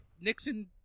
Nixon